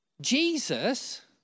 Jesus